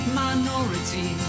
minority